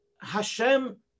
Hashem